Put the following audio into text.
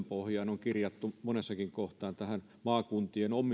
pohjaan monessakin kohtaa on kirjattu maakuntien